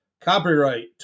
Copyright